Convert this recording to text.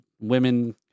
women